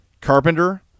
Carpenter